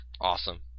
awesome